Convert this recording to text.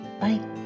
Bye